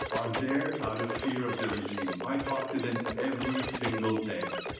are there out of fear of the regime. i talk to them every single day.